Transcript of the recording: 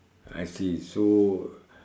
I see so